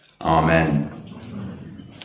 amen